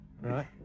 Right